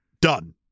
Done